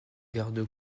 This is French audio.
garde